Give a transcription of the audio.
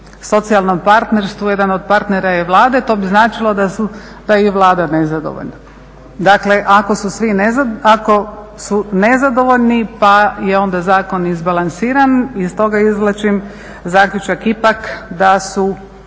socijalnom partnerstvu jedan od partnera je Vlada, to bi značilo da je i Vlada nezadovoljna. Dakle ako su nezadovoljni pa je onda zakon izbalansiran iz toga izvlačim zaključak ipak da su